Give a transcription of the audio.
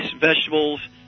vegetables